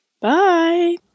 Bye